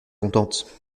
contente